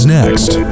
next